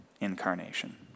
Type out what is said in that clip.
incarnation